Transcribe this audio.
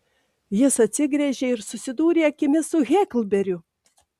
jis atsigręžė ir susidūrė akimis su heklberiu